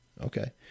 Okay